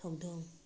ꯍꯧꯗꯣꯡ